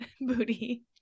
booty